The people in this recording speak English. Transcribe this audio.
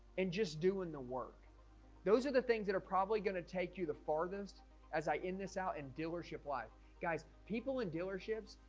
and just doing the work those are the things that are probably going to take you the farthest as i end this out in dealership life guys people in dealerships.